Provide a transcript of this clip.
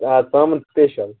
آ ژامَن سٕپیشَل